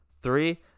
three